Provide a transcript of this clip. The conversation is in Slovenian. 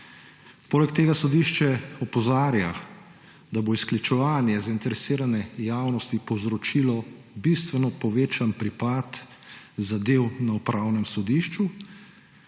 Poleg tega sodišče opozarja, da bo izključevanje zainteresirane javnosti povzročilo bistveno povečan pripad zadev na Upravnem sodišču.